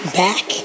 back